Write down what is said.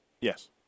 Yes